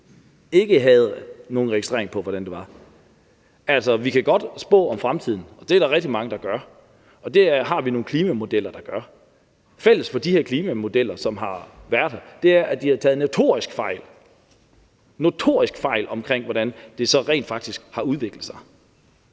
ikke havde nogen registrering af, hvordan det var. Vi kan godt spå om fremtiden, og det er der rigtig mange, der gør, og det har vi nogle klimamodeller, der gør. Fælles for de her klimamodeller, som har været her, er, at de har taget notorisk fejl – notorisk fejl – af, hvordan det rent faktisk har udviklet sig,